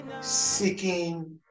seeking